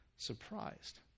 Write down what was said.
Surprised